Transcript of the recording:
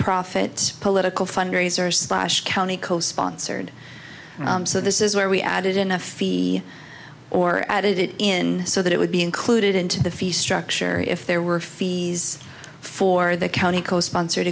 profits political fundraiser slash county co sponsored so this is where we added in a fee or added it in so that it would be included into the fee structure if there were fees for the county co sponsored